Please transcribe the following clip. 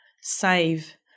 save